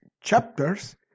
chapters